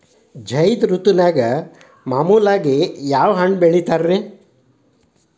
ಝೈದ್ ಋತುವಿನಾಗ ಮಾಮೂಲಾಗಿ ಯಾವ್ಯಾವ ಹಣ್ಣುಗಳನ್ನ ಬೆಳಿತಾರ ರೇ?